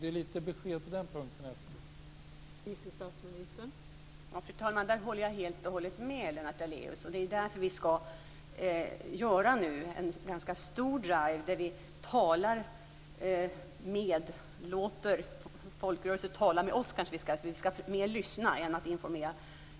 Det är lite besked på den punkten som jag efterlyser.